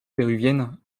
péruvienne